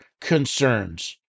concerns